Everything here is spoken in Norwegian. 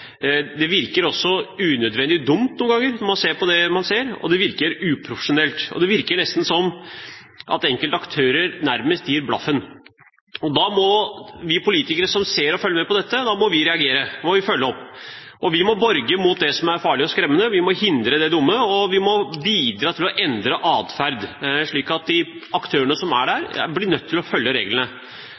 virker også unødvendig dumt noen ganger når man ser det man ser, det virker uprofesjonelt, og det virker nesten som enkelte aktører nærmest gir blaffen. Da må vi politikere som ser og følger med på dette, reagere og følge opp. Vi må verne oss mot det som er farlig og skremmende, vi må hindre det dumme, og vi må bidra til å endre atferd, slik at de aktørene som er der, blir nødt til å følge reglene.